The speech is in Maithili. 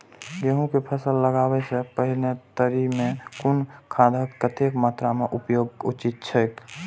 गेहूं के फसल लगाबे से पेहले तरी में कुन खादक कतेक मात्रा में उपयोग उचित छेक?